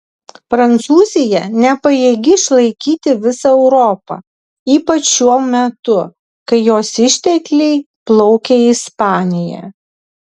prancūzija nepajėgi išlaikyti visą europą ypač šiuo metu kai jos ištekliai plaukia į ispaniją